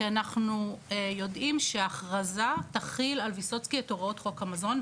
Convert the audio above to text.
כי אנחנו יודעים שהכרזה תחיל על ויסוצקי את הוראות חוק המזון,